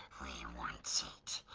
wants it.